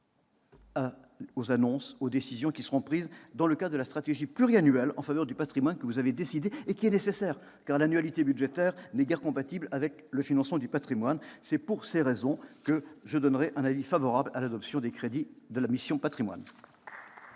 attentifs aux décisions qui seront prises dans le cadre de la stratégie pluriannuelle en faveur du patrimoine, que vous avez initiée et qui est nécessaire, car l'annualité budgétaire n'est guère compatible avec le financement du patrimoine. C'est pour ces raisons que je donne un avis favorable à l'adoption des crédits du programme « Patrimoines